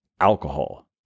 alcohol